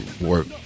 work